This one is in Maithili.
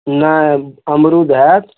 नहि अमरूद हैत